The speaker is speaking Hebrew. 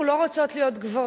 אנחנו לא רוצות להיות גברים.